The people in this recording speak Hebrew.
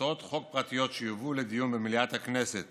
הצעות חוק פרטיות שיובאו לדיון במליאת הכנסת